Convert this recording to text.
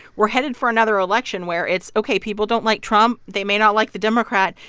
we're headed for another election where it's, ok, people don't like trump. they may not like the democrat.